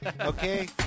okay